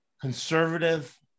conservative